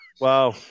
Wow